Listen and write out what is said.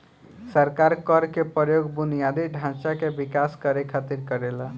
सरकार कर के प्रयोग बुनियादी ढांचा के विकास करे खातिर करेला